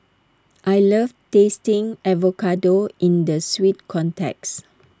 I love tasting avocado in the sweet context